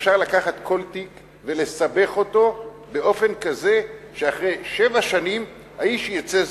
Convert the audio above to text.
אפשר לקחת כל תיק ולסבך אותו באופן כזה שאחרי שבע שנים האיש יצא זכאי,